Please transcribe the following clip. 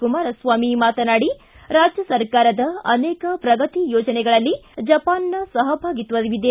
ಕುಮಾರಸ್ವಾಮಿ ಮಾತನಾಡಿ ರಾಜ್ಯ ಸರ್ಕಾರದ ಅನೇಕ ಪ್ರಗತಿ ಯೋಜನೆಗಳಲ್ಲಿ ಜಪಾನ್ನ ಸಹಭಾಗಿತ್ವವಿದೆ